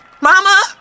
Mama